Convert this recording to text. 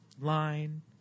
line